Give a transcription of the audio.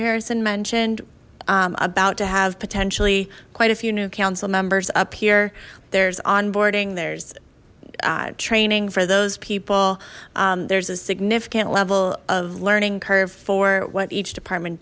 harrison mentioned about to have potentially quite a few new council members up here there's onboarding there's training for those people there's a significant level of learning curve for what each department